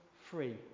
free